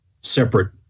separate